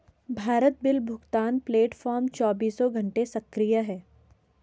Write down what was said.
Bharat bill भुगतान platform चौबीसों घंटे सक्रिय है